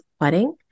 wedding